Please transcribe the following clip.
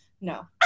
no